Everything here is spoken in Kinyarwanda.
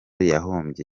yahombye